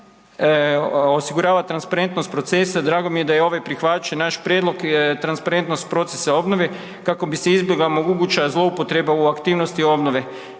kako bi se izbjegla moguća zloupotreba u aktivnosti obnove.